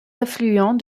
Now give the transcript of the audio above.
affluent